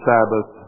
Sabbath